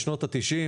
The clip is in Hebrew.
בשנות ה-90,